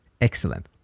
Excellent